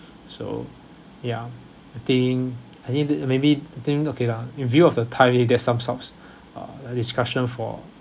so ya I think I think that maybe I think okay lah in view of the time if there's some uh the discussion for